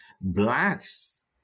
blacks